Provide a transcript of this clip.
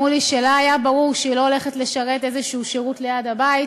אמרו לי שלה היה ברור שהיא לא הולכת לשרת איזה שירות ליד הבית,